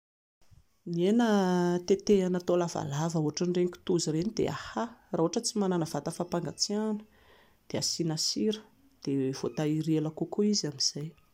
Ny hena tetehina hatao lavalava ohatran'ireny kitoza ireny, dia hahaha raha ohatra tsy manana vata fapangatsiahana, dia asiana sira dia voatahiry ela kokoa izy amin'izay